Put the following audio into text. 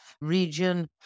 region